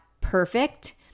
perfect